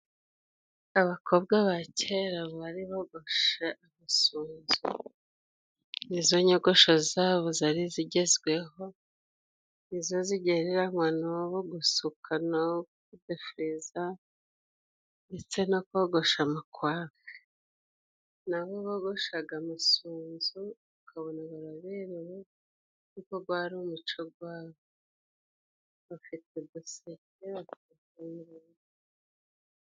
Abakobwa ba kera bari bogoshe amasunzu, nizo nyogosho zabo zari zigezweho, nizo zigereranywa no gusuka no kudefiriza ndetse no kogosha amakwafe. Na bo bogoshaga amasunzu ukabona baraberewe kuko gwari umuco gwacu, bafite uduseke.